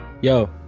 yo